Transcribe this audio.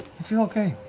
feel okay.